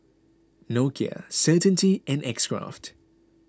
Nokia Certainty and X Craft